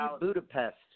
Budapest